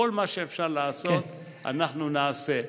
כל מה שאפשר לעשות אנחנו נעשה.